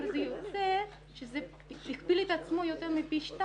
זה יוצא שזה הכפיל את עצמו יותר מפי 2